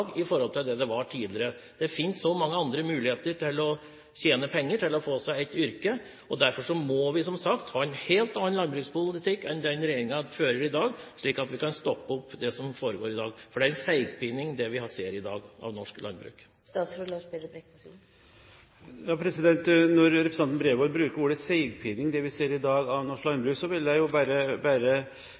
i forhold til det det var tidligere. Det finnes så mange andre muligheter til å tjene penger, til å få seg et yrke. Derfor må vi, som sagt, ha en helt annen landbrukspolitikk enn den regjeringen fører i dag, slik at vi kan stoppe det som foregår i dag, for det vi ser i dag, er en seigpining av norsk landbruk. Når representanten Bredvold bruker ordet «seigpining» om det vi ser i dag i norsk landbruk, vil jeg bare replisere tilbake at de forslagene som Fremskrittspartiet har fremmet så lenge jeg har vært i